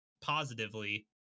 positively